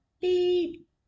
beep